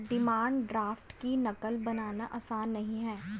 demand draft की नक़ल बनाना आसान नहीं है